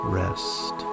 rest